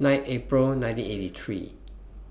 nine April nineteen eighty three